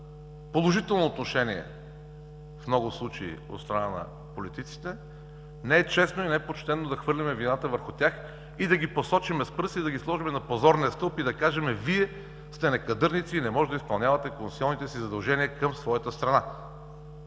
на положително отношение в много случаи от страна на политиците, не е честно и не е почтено да хвърляме вината върху тях да ги посочим с пръст, да ги сложим на позорния стълб и кажем: „Вие сте некадърници и не можете да изпълнявате конституционните си задължения към своята страна.“